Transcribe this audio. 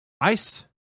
Ice